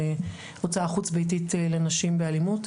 הוצאה חוץ ביתית לנשים באלימות.